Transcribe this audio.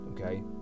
Okay